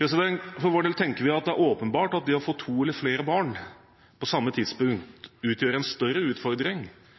For vår del tenker vi at det er åpenbart at det å få to eller flere barn på samme tidspunkt utgjør en større utfordring